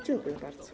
Dziękuję bardzo.